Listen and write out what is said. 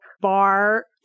bar